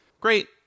Great